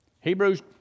Hebrews